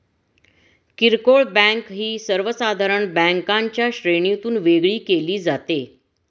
किरकोळ बँक ही सर्वसाधारण बँकांच्या श्रेणीतून वेगळी केली जाते